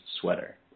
sweater